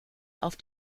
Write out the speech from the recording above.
auf